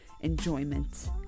enjoyment